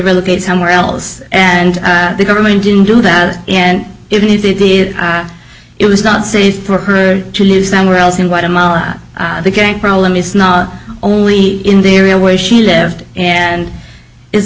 relegate somewhere else and the government didn't do that and even if it is it was not safe for her to live somewhere else in guatemala the gang problem is not only in the area where she lived and is